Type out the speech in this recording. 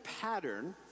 pattern